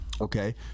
okay